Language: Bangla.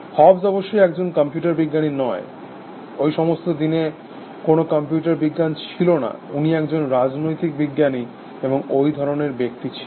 হবস অবশ্যই একজন কম্পিউটার বিজ্ঞানী নয় ওই সমস্ত দিনে কোনো কম্পিউটার বিজ্ঞান ছিল না উনি একজন রাজনৈতিক বিজ্ঞানী এবং ওই ধরণের ব্যক্তি ছিলেন